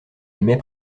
aimait